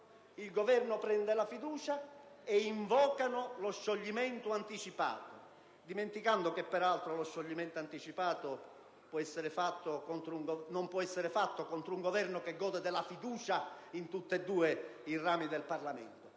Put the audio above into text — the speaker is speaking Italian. Il Governo prende la fiducia e invocano lo scioglimento anticipato, dimenticando che peraltro lo scioglimento anticipato non può essere attuato contro un Governo che gode della fiducia in tutti e due i rami del Parlamento.